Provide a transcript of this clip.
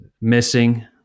missing